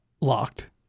locked